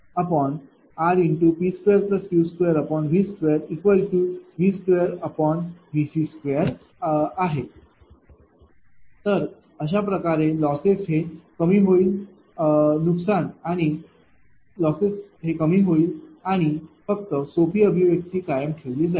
तर अशा प्रकारे लॉसेस हे कमी होईल आणि फक्त सोपी अभिव्यक्ती कायम ठेवली जाईल